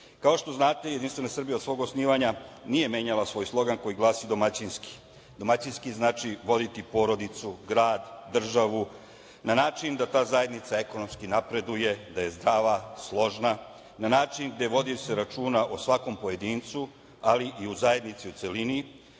što znate JS od svog osnivanja nije menjala svoj slogan koji glasi – domaćinski. Domaćinski znači voditi porodicu, grad, državu na način da ta zajednica ekonomski napreduje, da je zdrava, složna, na način gde vodi se računa o svakom pojedincu, ali i o zajednici u celini,